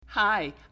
Hi